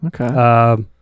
Okay